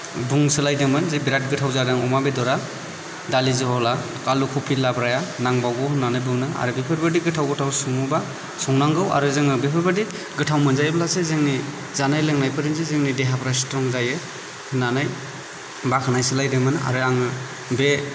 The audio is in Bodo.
बुंसोलायदोंमोन जे बेराद गोथावजादों अमा बेदरा दालि जहला आलु खबि लाब्राया नांबावगौ होननानै बुंदों आरो बेफोरबायदि गोथाव गोथाव सङोब्ला संनांगौ आरो जोङो बेफोरबादि गोथाव मोनजायोब्लासो जोंनि जानाय लोंनायफोरजोंसो जोंनि देहाफ्रा स्ट्रं जायो होननानै बाख्नायसोलायदोंमोन आरो आङो बे